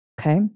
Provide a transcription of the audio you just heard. Okay